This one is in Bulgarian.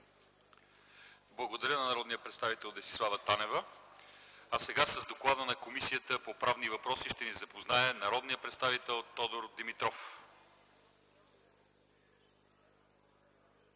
Благодаря на народния представител Десислава Танева. С доклада на Комисията по правни въпроси ще ни запознае народният представител Тодор Димитров.